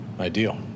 ideal